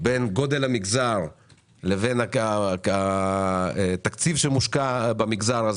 בין גודל המגזר לבין התקציב שמושקע בכל מגזר,